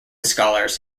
scholars